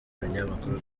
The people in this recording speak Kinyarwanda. binyamakuru